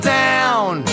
down